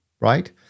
right